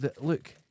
look